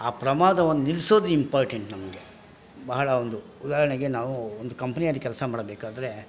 ಆ ಪ್ರಮಾದವನ್ನು ನಿಲ್ಸೋದು ಇಂಪಾರ್ಟೆಂಟ್ ನಮಗೆ ಬಹಳ ಒಂದು ಉದಾಹರಣೆಗೆ ನಾವು ಒಂದು ಕಂಪನಿಯಲ್ಲಿ ಕೆಲಸ ಮಾಡಬೇಕಾದ್ರೆ